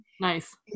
nice